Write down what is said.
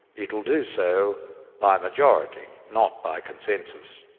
it will do so by majority not by consensus.